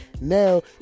now